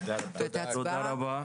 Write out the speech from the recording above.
תודה רבה.